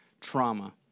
trauma